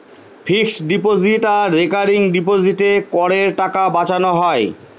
fixed deposit আর recurring ডিপোজিটে করের টাকা বাঁচানো হয়